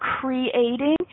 creating